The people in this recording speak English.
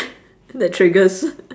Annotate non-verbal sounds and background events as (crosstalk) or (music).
that triggers (laughs)